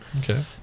Okay